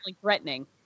threatening